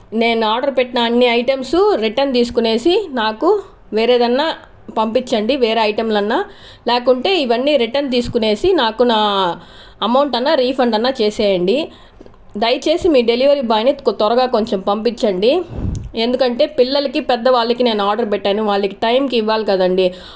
నేను ఆర్డర్ పెట్టిన అన్ని ఐటమ్సు రిటన్ తీసుకొనేసి నాకు వేరే ఏదైనా పంపించండి వేరే ఐటెంలన్న లేకుంటే ఇవన్నీ రిటర్న్ తీసుకునేసి నాకు నా అమౌంట్ అన్న రీఫండ్ అన్న చేసేయండి దయచేసి మీ డెలివరీ బాయ్ని త్వరగా కొంచెం పంపించండి ఎందుకంటే పిల్లలకి పెద్దవాళ్ళకి నేను ఆర్డర్ పెట్టాను వాళ్లకి టైంకి ఇవ్వాలి కదండీ